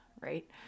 right